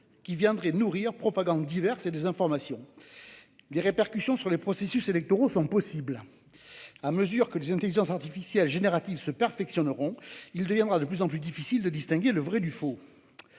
qui viendraient nourrir propagandes diverses et désinformation. Les répercussions sur les processus électoraux sont possibles. À mesure que les intelligences artificielles génératives se perfectionneront, il deviendra de plus en plus difficile de distinguer le vrai du faux.